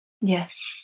yes